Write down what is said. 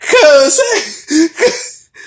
Cause